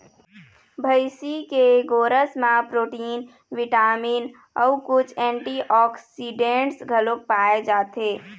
भइसी के गोरस म प्रोटीन, बिटामिन अउ कुछ एंटीऑक्सीडेंट्स घलोक पाए जाथे